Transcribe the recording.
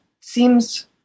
seems